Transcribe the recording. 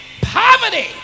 poverty